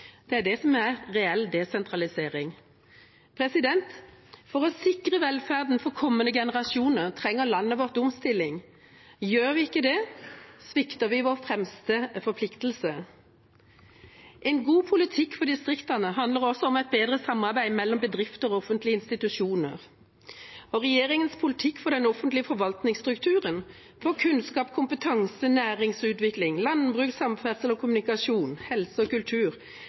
Det er det som er reell desentralisering. For å sikre velferden for kommende generasjoner trenger landet vårt omstilling. Gjør vi ikke det, svikter vi vår fremste forpliktelse. En god politikk for distriktene handler også om et bedre samarbeid mellom bedrifter og offentlige institusjoner. Regjeringas politikk for den offentlige forvaltningsstrukturen for kunnskap, kompetanse, næringsutvikling, landbruk, samferdsel og kommunikasjon, helse og kultur